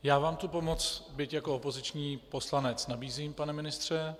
Já vám tu pomoc, byť jako opoziční poslanec, nabízím, pane ministře.